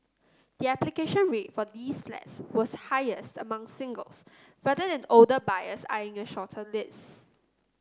the application rate for these flats was highest among singles rather than older buyers eyeing a shorter lease